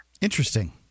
Interesting